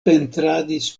pentradis